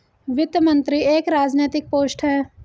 वित्त मंत्री एक राजनैतिक पोस्ट है